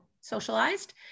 socialized